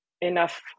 enough